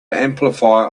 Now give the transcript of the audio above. amplifier